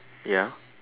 ya